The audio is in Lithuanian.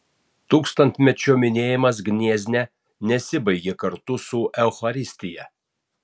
tūkstantmečio minėjimas gniezne nesibaigė kartu su eucharistija